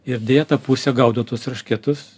ir deja ta pusė gaudo tuos eršketus